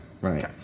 right